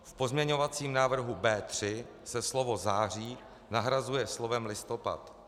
V pozměňovacím návrhu B3 se slovo září nahrazuje slovem listopad.